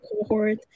cohort